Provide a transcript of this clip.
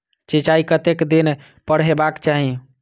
सिंचाई कतेक दिन पर हेबाक चाही?